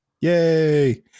Yay